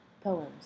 poems